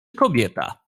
kobieta